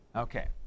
Okay